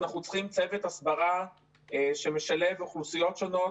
אנחנו צריכים צוות הסברה שמשלב אוכלוסיות שונות,